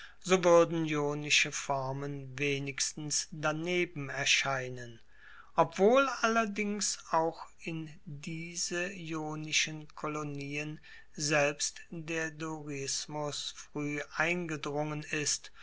formen wenigstens daneben erscheinen obwohl allerdings auch in diese ionischen kolonien selbst der dorismus frueh eingedrungen ist